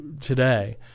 today